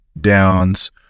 downs